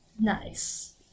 Nice